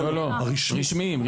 לא, לא, הרשמיים.